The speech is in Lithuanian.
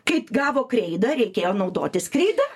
kai gavo kreidą reikėjo naudotis kreida